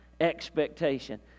expectation